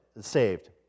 saved